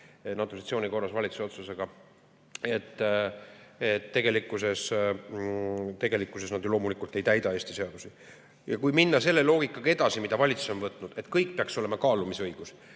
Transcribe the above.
naturalisatsiooni korras valitsuse otsusega. Tegelikkuses nad ju loomulikult ei täida Eesti seadusi. Kui minna edasi selle loogikaga, mille valitsus on võtnud, et kõik peaks olema kaalumisõigusega,